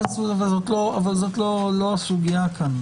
זאת לא הסוגיה כאן.